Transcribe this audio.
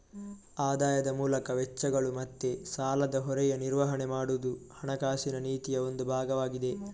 ಆದಾಯದ ಮೂಲಕ ವೆಚ್ಚಗಳು ಮತ್ತೆ ಸಾಲದ ಹೊರೆಯ ನಿರ್ವಹಣೆ ಮಾಡುದು ಹಣಕಾಸಿನ ನೀತಿಯ ಒಂದು ಭಾಗವಾಗಿದೆ